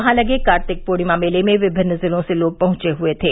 वहां लगे कर्तिक पूर्णिमा मेले में विभिन्न जिलों से लोग पहुंचे हुये थे